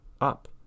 up